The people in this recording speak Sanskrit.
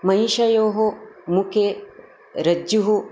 महिषयोः मुखे रज्जुः